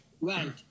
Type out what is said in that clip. Right